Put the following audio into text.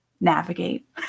navigate